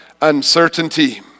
uncertainty